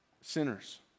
sinners